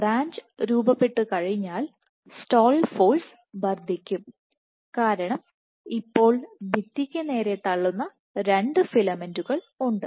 branch രൂപപ്പെട്ടുകഴിഞ്ഞാൽ stall force വർദ്ധിക്കും കാരണം ഇപ്പോൾ ഭിത്തിക്ക് നേരെ തള്ളുന്ന രണ്ട് ഫിലമെന്റുകൾ ഉണ്ട്